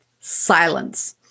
Silence